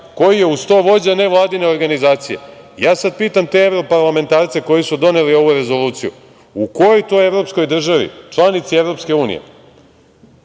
koji je uz to vođa nevladine organizacije. Pitam sad te evroparlamentarce koji su doneli ovu Rezoluciju u kojoj to evropskoj državi, članici EU sudija